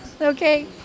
Okay